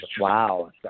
wow